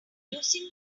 using